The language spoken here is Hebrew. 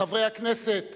חברי הכנסת